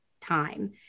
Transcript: time